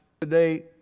today